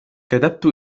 كتبت